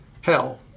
hell